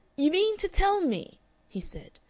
you mean to tell me he said,